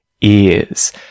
ears